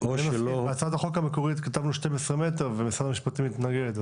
בהצעת החוק המקורית כתבנו "12 מטרים" ומשרד המשפטים התנגד.